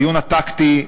בדיון הטקטי,